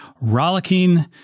rollicking